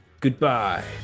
Goodbye